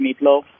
meatloaf